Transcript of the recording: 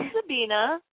Sabina